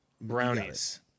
brownies